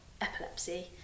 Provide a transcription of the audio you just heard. epilepsy